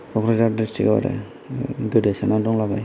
Kokrajhar district आव आरो गोदोसोना दंलाबायो